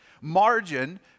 margin